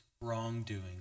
wrongdoing